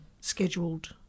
scheduled